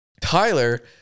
Tyler